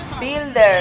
Builders